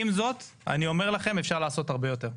עם זאת, אני אומר לכם, אפשר לעשות הרבה יותר.